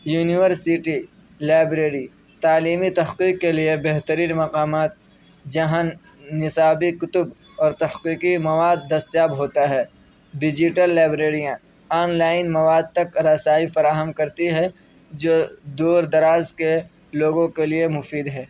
university library تعلیمی تحقیق کے لیے بہترین مقامات جہاں نصابی کتب اور تحقیقی مواد دستیاب ہوتا ہے ڈیجیٹل لائبریریاں آن لائن مواد تک رسائی فراہم کرتی ہے جو دور دراز کے لوگوں کے لیے مفید ہے